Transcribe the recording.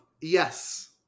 Yes